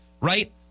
Right